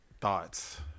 thoughts